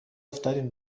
افتادیم